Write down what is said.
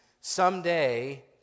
someday